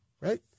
right